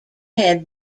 had